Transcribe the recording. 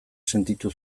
sentitu